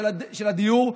של הדיור,